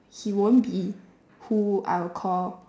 he won't be who I will call